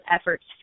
efforts